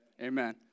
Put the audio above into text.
Amen